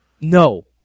no